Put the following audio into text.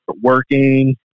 working